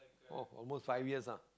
oh almost five years ah